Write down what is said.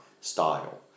style